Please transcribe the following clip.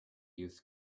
youth